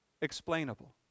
explainable